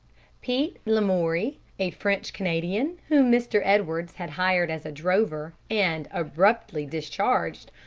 pete lamoury, a french-canadian, whom mr. edwards had hired as a drover, and abruptly discharged,